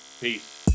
peace